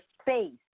space